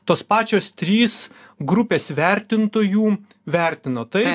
tos pačios trys grupės vertintojų vertino tai